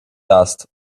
dust